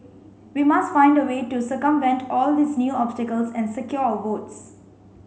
we must find a way to circumvent all these new obstacles and secure our votes